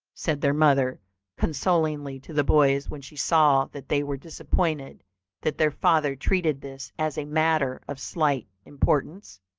said their mother consolingly to the boys when she saw that they were disappointed that their father treated this as a matter of slight importance.